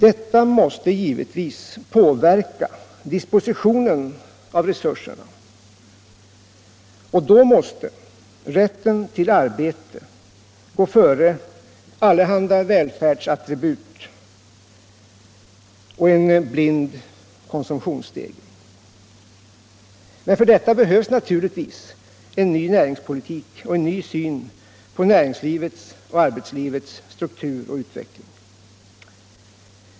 Detta måste givetvis påverka dispositionen av resurserna, och då måste rätten till arbete gå före allehanda välfärdsattribut och en blind konsumtionsstegring. Men för detta behövs naturligtvis en ny näringspolitik och en ny syn på näringslivet, arbetslivets struktur och utveckling.